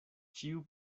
ĉiu